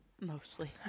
mostly